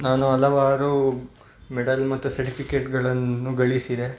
ನಾನು ಹಲವಾರು ಮೆಡಲ್ ಮತ್ತು ಸರ್ಟಿಫಿಕೇಟ್ಗಳನ್ನು ಗಳಿಸಿದೆ